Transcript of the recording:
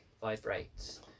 vibrates